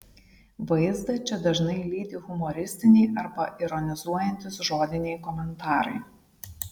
vaizdą čia dažnai lydi humoristiniai arba ironizuojantys žodiniai komentarai